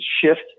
shift